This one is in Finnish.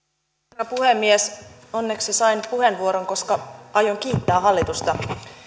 herra puhemies onneksi sain puheenvuoron koska aion kiittää hallitusta